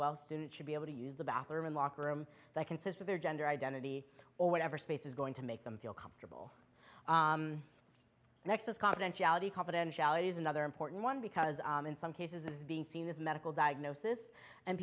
well students should be able to use the bathroom in locker room that consist of their gender identity or whatever space is going to make them feel comfortable nexus confidentiality confidentiality is another important one because in some cases this is being seen as a medical diagnosis and